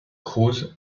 cruz